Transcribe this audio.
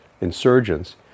insurgents